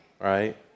Right